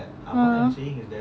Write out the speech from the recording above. uh